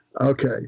Okay